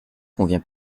convient